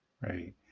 Right